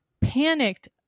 panicked